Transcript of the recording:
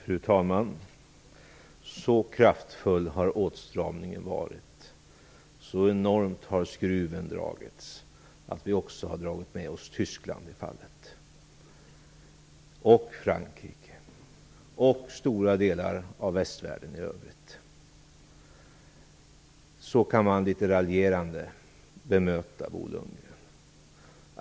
Fru talman! Så kraftfull har åtstramningen varit och så enormt har skruven dragits åt att vi också har dragit med oss Tyskland i fallet - och Frankrike och stora delar av västvärlden i övrigt. Så kan man, litet raljerande, bemöta Bo Lundgren.